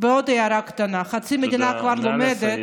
עוד הערה קטנה, חצי מדינה כבר לומדת,